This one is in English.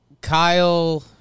Kyle